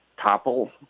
topple